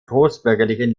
großbürgerlichen